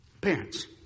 Parents